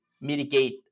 mitigate